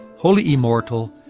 holy immortal,